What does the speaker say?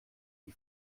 die